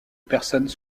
personnes